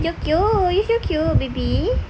so cute you so cute baby